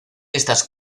estas